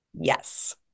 Yes